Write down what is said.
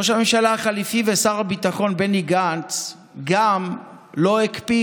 ראש הממשלה החליפי ושר הביטחון בני גנץ גם לא הקפיא